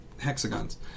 hexagons